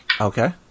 okay